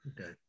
Okay